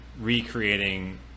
recreating